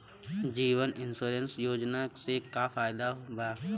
जीवन insurance योजना से का फायदा बा?